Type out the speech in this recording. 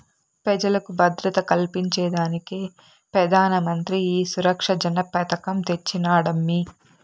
పెజలకు భద్రత కల్పించేదానికే పెదానమంత్రి ఈ సురక్ష జన పెదకం తెచ్చినాడమ్మీ